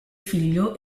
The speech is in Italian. figlio